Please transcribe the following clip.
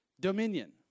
dominion